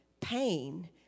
pain